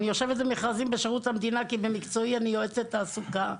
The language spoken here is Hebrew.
אני יושבת במכרזים בשירות המדינה כי במקצועי אני יועצת תעסוקה.